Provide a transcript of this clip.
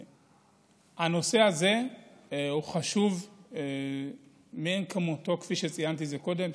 הנושא הזה חשוב מאין כמותו, כפי שציינתי קודם.